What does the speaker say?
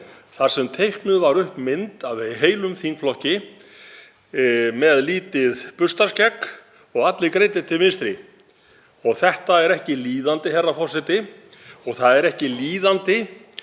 þar sem teiknuð var upp mynd af heilum þingflokki með lítið burstaskegg og allir greiddir til vinstri. Það er ekki líðandi, herra forseti. Og það er ekki líðandi